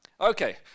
Okay